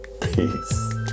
Peace